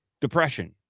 depression